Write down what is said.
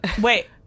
Wait